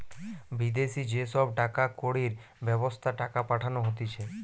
বিদেশি যে সব টাকা কড়ির ব্যবস্থা টাকা পাঠানো হতিছে